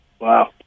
Wow